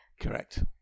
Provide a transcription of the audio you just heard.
Correct